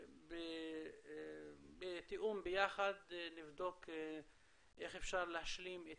אנחנו בתיאום ביחד נבדוק איך אפשר להשלים את